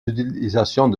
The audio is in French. utilisations